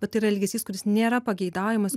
bet tai yra elgesys kuris nėra pageidaujamas